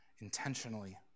intentionally